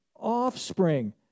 offspring